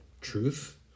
truth